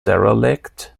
derelict